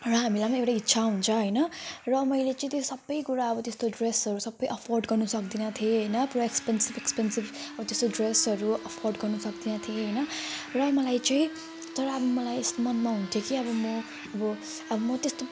र हामीलाई एउटा इच्छा हुन्छ होइन र मैले चाहिँ त्यो सबै कुरा अब त्यस्तो ड्रेसहरू सबै एफोर्ड गर्नु सक्दिनँ थिएँ होइन पुरा एक्सपेनसिभ एक्सपेनसिभ अब त्यस्तो ड्रेसहरू एफोर्ड गर्नु सक्दिनँ थिएँ होइन र मलाई चाहिँ तर अब मलाई यस्तो मनमा हुन्थ्यो कि अब म अब अब म त्यस्तो